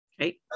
Okay